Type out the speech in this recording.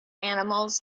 animals